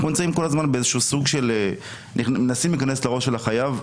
אנחנו מנסים כל הזמן להיכנס לראש של החייב,